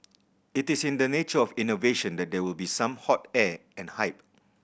it is in the nature of innovation that there will be some hot air and hype